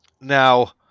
now